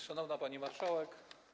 Szanowna Pani Marszałek!